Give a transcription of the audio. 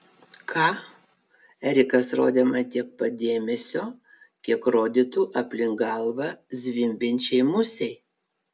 ką erikas rodė man tiek pat dėmesio kiek rodytų aplink galvą zvimbiančiai musei